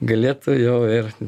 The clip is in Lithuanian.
galėtų jau ir